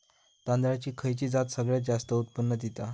तांदळाची खयची जात सगळयात जास्त उत्पन्न दिता?